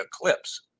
Eclipse